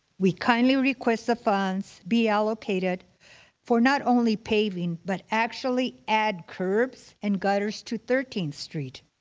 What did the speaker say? we kindly request the funds be allocated for not only paving, but actually add curbs and gutters to thirteenth street.